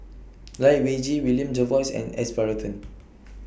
Lai Weijie William Jervois and S Varathan